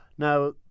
Now